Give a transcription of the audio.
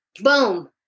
boom